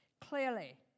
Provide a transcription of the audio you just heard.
clearly